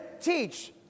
teach